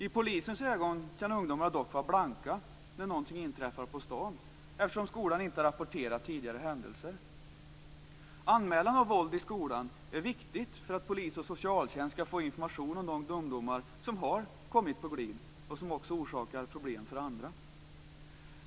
I polisens ögon kan ungdomar dock vara "blanka" när någonting inträffar på stan, eftersom skolan inte har rapporterat tidigare händelser. Anmälan av våld i skolan är viktigt för att polis och socialtjänst skall få information om de ungdomar som har kommit på glid och som också orsakar problem för andra.